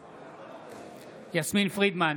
בעד יסמין פרידמן,